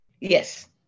yes